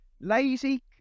Lazy